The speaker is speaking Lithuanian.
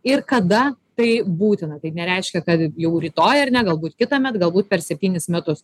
ir kada tai būtina tai nereiškia kad jau rytoj ar ne galbūt kitąmet galbūt per septynis metus